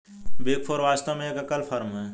big four वास्तव में एक एकल फर्म है